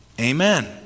amen